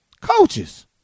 Coaches